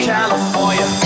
California